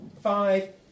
Five